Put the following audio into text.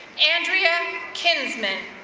andrea kinsmen.